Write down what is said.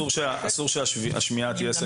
אסור שהשמיעה תהיה סלקטיבית.